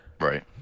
right